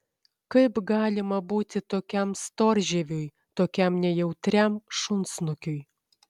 kaip galima būti tokiam storžieviui tokiam nejautriam šunsnukiui